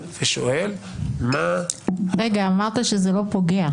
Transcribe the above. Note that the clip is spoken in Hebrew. באמת, למה לעשות את הכפל הזה?